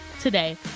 today